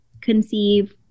conceive